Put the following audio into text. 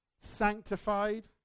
sanctified